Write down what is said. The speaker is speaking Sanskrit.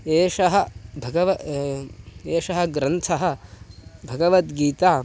एषः भगव एषः ग्रन्थः भगवद्गीता